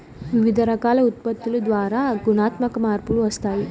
వివిధ రకాల ఉత్పత్తుల ద్వారా గుణాత్మక మార్పులు వస్తాయి